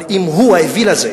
אבל אם הוא, האוויל הזה,